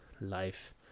life